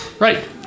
Right